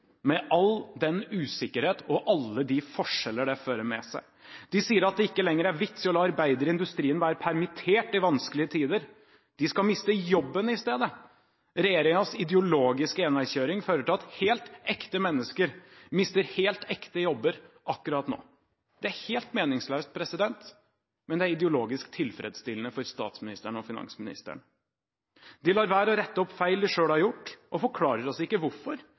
med all den usikkerhet, alle de forskjeller det fører med seg. De sier at det ikke lenger er vits i å la arbeidere i industrien være permittert i vanskelige tider, de skal miste jobben i stedet. Regjeringens ideologiske enveiskjøring fører til at helt ekte mennesker mister helt ekte jobber – akkurat nå. Det er helt meningsløst, men det er ideologisk tilfredsstillende for statsministeren og finansministeren. De lar være å rette opp feil de selv har gjort, men forklarer oss ikke hvorfor.